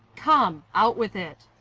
come! out with it!